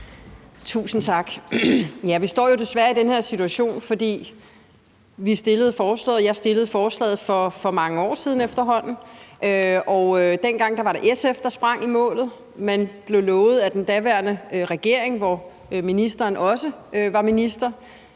Tusind tak. Vi står jo desværre i den her situation. Jeg var med til at fremsætte forslaget for mange år siden efterhånden, og dengang var det SF, der sprang i målet. Man blev lovet af den daværende regering, hvor ministeren også var minister,